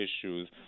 issues